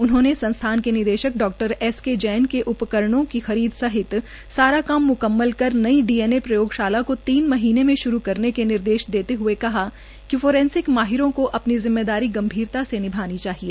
उ ह ने संस्थान के नदेशक डॉ एस के जैन को उपकरण क खर द स हत सारा काम मु कमल कर नई डीएनए योगशाला को तीन मह ने म श् करने का नदश देते हृए कहा क फ रस नक मा हर को अपनी जि मेदार गंभीरता से नभानी चा हए